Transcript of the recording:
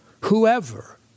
Whoever